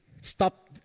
stop